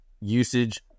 usage